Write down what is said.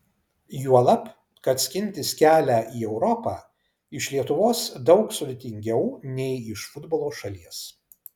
juolab kad skintis kelią į europą iš lietuvos daug sudėtingiau nei iš futbolo šalies